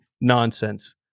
nonsense